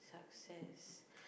success